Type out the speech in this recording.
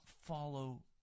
follow